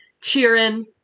cheering